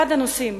אחד הנושאים